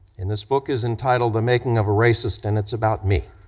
and this book is entitled the making of a racist and it's about me.